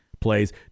plays